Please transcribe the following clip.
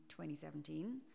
2017